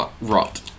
rot